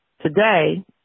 today